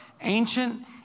ancient